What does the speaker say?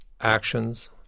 actions